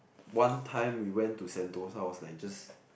one time we went to sentosa was like just